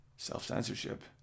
Self-censorship